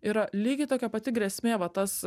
yra lygiai tokia pati grėsmė va tas